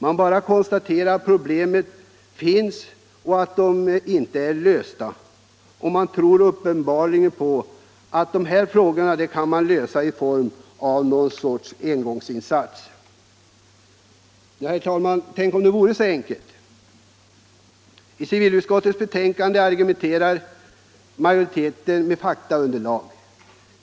Man bara konstaterar att problemen finns och att de inte är lösta. Man tror uppenbarligen att man kan lösa dessa frågor med någon form av engångsinsats. Tänk om det vore så enkelt, herr talman! I civilutskottets betänkande argumenterar majoriteten med faktaunderlag.